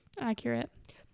accurate